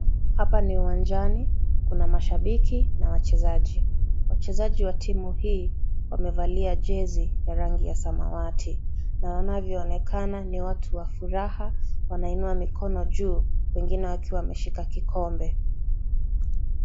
Hapa ni uwanjani. Kuna mashabiki na wachezaji. Wachezaji wa timu hii, wamevalia jezi ya rangi ya samawati na wanavyoonekana ni watu wa furaha. Wanainua mikono juu, wengine wakiwa wameshika kikombe.